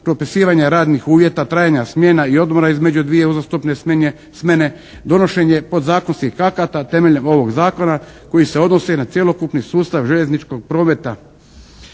propisivanje radnih uvjeta, trajanja smjena i odmora između dvije uzastopne smjene, donošenje podzakonskih akata temeljem ovog zakona koji se odnosi na cjelokupni sustav željezničkog prometa.